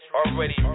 already